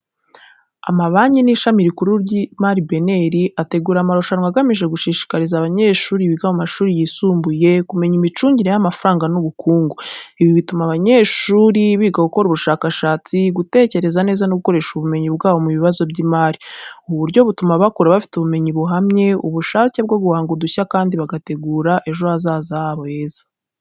Amabanki n’Ishami Rikuru ry’Imari BNR ategura amarushanwa agamije gushishikariza abanyeshuri biga mu mashuri yisumbuye kumenya imicungire y’amafaranga n’ubukungu. Ibi bituma abanyeshuri biga gukora ubushakashatsi, gutekereza neza no gukoresha ubumenyi bwabo mu bibazo by’imari. Ubu buryo butuma bakura bafite ubumenyi buhamye, ubushake bwo guhanga udushya kandi bakitegura neza ejo hazaza habo.